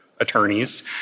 attorneys